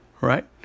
right